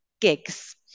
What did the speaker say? gigs